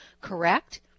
correct